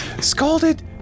Scalded